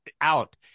out